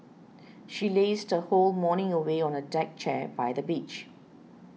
she lazed her whole morning away on a deck chair by the beach